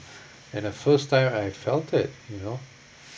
and a first time I felt it you know